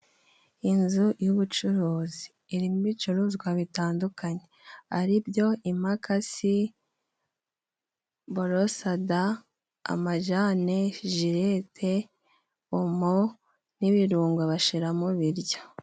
Inzu y'ubucuruzi irimo ibicuruzwa bitandukanye ari byo: Imakasi , borosada, amajane, jilete, omo, n'ibirungo bashira mu biryo.